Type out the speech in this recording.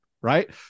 right